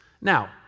now